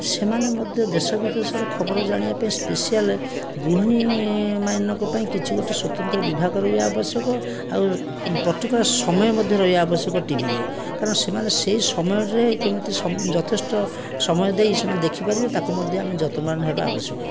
ସେମାନେ ମଧ୍ୟ ଦେଶ ବିଦେଶର ଖବର ଜାଣିବା ପାଇଁ ସ୍ପେସିଆଲ ଗୃହିଣୀମାନଙ୍କ ପାଇଁ କିଛି ଗୋଟିଏ ସ୍ୱତନ୍ତ୍ର ବିଭାଗ ରହିବା ଆବଶ୍ୟକ ଆଉ ପର୍ଟିକୁଲାର ସମୟ ମଧ୍ୟ ରହିବା ଆବଶ୍ୟକ ଟିଭିରେ କାରଣ ସେମାନେ ସେ ସମୟରେ କେମିତି ଯଥେଷ୍ଟ ସମୟ ଦେଇ ସେମାନେ ଦେଖିପାରିବେ ତାକୁ ମଧ୍ୟ ଆମେ ଯତ୍ନବାନ ହେବା ଅବଶ୍ୟକ